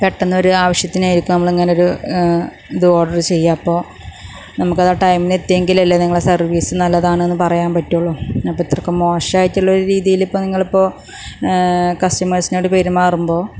പെട്ടന്നൊരു ആവശ്യത്തിനായിരിക്കും നമ്മൾ ഇങ്ങനെ ഒരു ഇത് ഓർഡർ ചെയ്യുക അപ്പോൾ നമ്മൾക്ക് അത് ആ ടൈമിന് എത്തിയെങ്കിലല്ലേ നിങ്ങളെ സർവീസ് നല്ലതാണെന്ന് പറയാൻ പറ്റുകയുള്ളു അപ്പം ഇത്രയ്ക്കും മോശമായിട്ടുള്ളൊരു രീതിയിൽ ഇപ്പം നിങ്ങളിപ്പോൾ കസ്റ്റമേഴ്സിനോട് പെരുമാറുമ്പോൾ